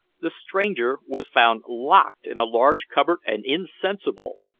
the stranger was found locked in a large cupboard and insensible.